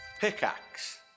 Pickaxe